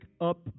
up